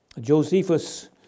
Josephus